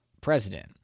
president